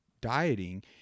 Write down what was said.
dieting